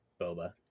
boba